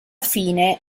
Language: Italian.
fine